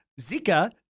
Zika